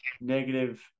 negative